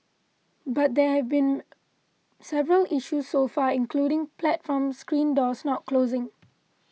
but there have been several issues so far including platform screen doors not closing